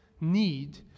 need